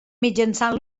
mitjançant